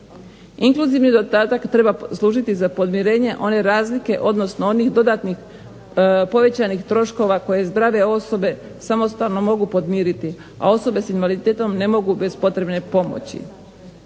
Inkluzivni dodatak treba služiti za podmirenje one razlike, odnosno onih dodatnih povećanih troškova koje zdrave osobe samostalno mogu podmiriti, a osobe s invaliditetom ne mogu bez potrebne pomoći.